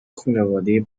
خونواده